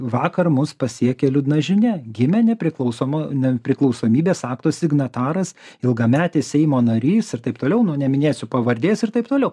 vakar mus pasiekė liūdna žinia gimė nepriklausomo nepriklausomybės akto signataras ilgametis seimo narys ir taip toliau nu neminėsiu pavardės ir taip toliau